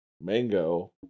Mango